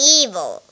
evil